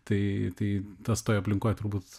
tai tai tas toj aplinkoj turbūt